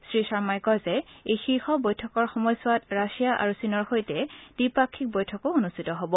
শ্ৰীশৰ্মাই কয় যে এই শীৰ্ষ বৈঠকৰ সময়ত ৰাছিয়া আৰু চীনৰ সৈতে দ্বিপাক্ষিক বৈঠকো অনুষ্ঠিত হব